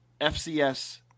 FCS